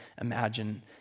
imagine